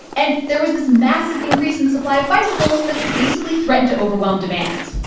and there was this massive increase in the supply of bicycles that, basically, threatened to overwhelm demand.